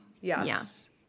yes